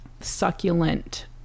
succulent